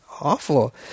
awful